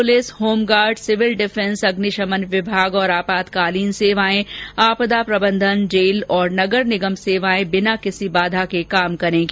police home guard civil defence अग्निशमन विभाग और आपातकालीन सेवाएं आपदा प्रबंधन जेल और नगर निगम सेवाएं बिना किसी बाधा के काम करेंगी